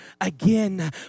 again